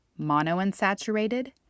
monounsaturated